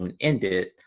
ended